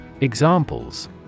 Examples